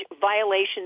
violations